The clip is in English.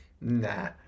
Nah